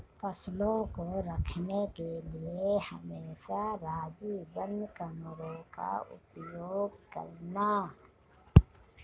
फसलों को रखने के लिए हमेशा राजू बंद कमरों का उपयोग करना